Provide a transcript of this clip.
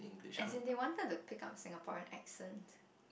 as in they wanted to pick up Singaporean accents